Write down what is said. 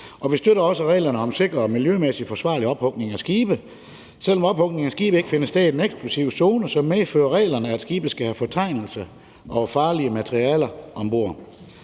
vi støtter også reglerne om sikker og miljømæssig forsvarlig ophugning af skibe. Selv om ophugning af skibe ikke finder sted i den eksklusive zone, medfører reglerne, at skibene skal have fortegnelse over farlige materialer om bord.